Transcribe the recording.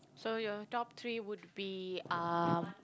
so your top three would be uh